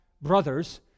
brothers